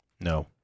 No